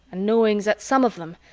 and knowing that some of them,